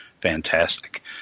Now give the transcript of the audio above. fantastic